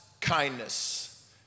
kindness